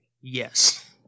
Yes